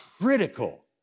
critical